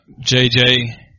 JJ